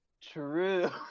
true